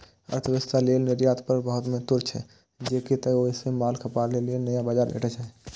अर्थव्यवस्था लेल निर्यात बड़ महत्वपूर्ण छै, कियै तं ओइ सं माल खपाबे लेल नया बाजार भेटै छै